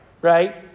right